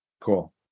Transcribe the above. cool